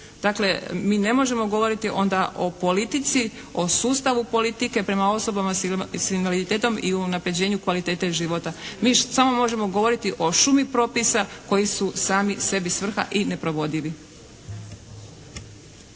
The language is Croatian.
Dakle, mi ne možemo govoriti onda o politici, o sustavu politike prema osobama s invaliditetom i o unapređenju kvalitete života. Samo možemo govoriti o šumi propisa koji su sami sebi svrha i neprovodivi.